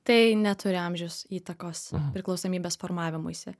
tai neturi amžius įtakos priklausomybės formavimuisi